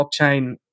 blockchain